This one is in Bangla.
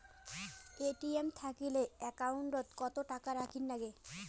এ.টি.এম থাকিলে একাউন্ট ওত কত টাকা রাখীর নাগে?